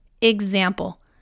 Example